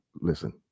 listen